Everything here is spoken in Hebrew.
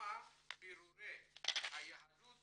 וכמה בירורי יהדות